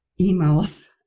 emails